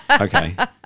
okay